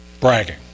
bragging